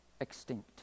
extinct